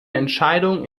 entscheidung